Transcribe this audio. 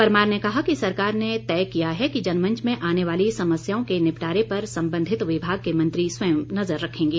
परमार ने कहा कि सरकार ने तय किया है कि जनमंच में आने वाली समस्याओं के निपटारे पर संबंधित विभाग के मंत्री स्वयं नजर रखेंगे